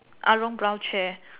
brown chair